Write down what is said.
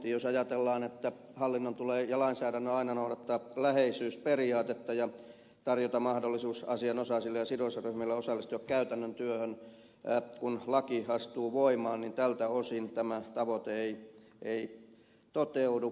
jos ajatellaan että hallinnon ja lainsäädännön tulee aina noudattaa läheisyysperiaatetta ja tarjota mahdollisuus asianosaisille ja sidosryhmille osallistua käytännön työhön kun laki astuu voimaan niin tältä osin tämä tavoite ei toteudu